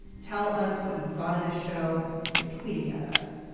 tell us what you thought of this show by tweeting at us.